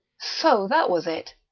so! that was it!